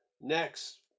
Next